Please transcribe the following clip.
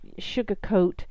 sugarcoat